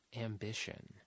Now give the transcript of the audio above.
ambition –